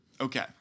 Okay